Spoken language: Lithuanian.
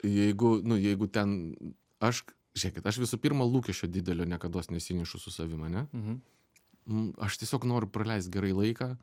jeigu nu jeigu ten aš žiūrėkit aš visų pirma lūkesčio didelio niekados nesinešu su savim ane m aš tiesiog noriu praleist gerai laiką